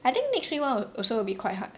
I think next week one wi~ also will be quite hard